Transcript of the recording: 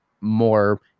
more